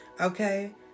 okay